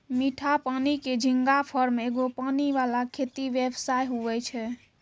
मीठा पानी के झींगा फार्म एगो पानी वाला खेती व्यवसाय हुवै छै